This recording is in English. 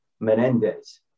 Menendez